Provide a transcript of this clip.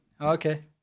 Okay